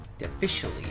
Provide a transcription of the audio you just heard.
Officially